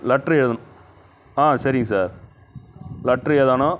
letter எழுதணும் ஆ சரிங்க சார் லெட்ரு எழுதணும்